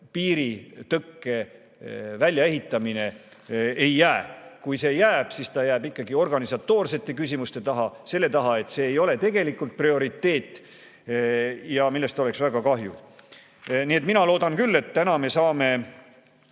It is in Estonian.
piiritõkke väljaehitamine ei jää. Kui see [millegi taha] jääb, siis jääb organisatoorsete küsimuste taha, selle taha, et see ei ole tegelikult prioriteet, ja sellest oleks väga kahju. Nii et mina loodan küll, et täna me saame